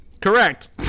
correct